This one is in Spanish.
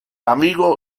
amigo